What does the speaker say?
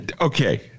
Okay